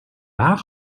haag